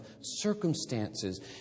circumstances